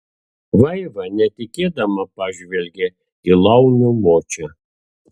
vaiva netikėdama pažvelgė į laumių močią